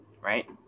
Right